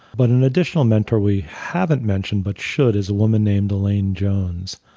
but an additional mentor we haven't mentioned but should is a woman named elaine jones,